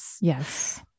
Yes